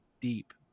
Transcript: deep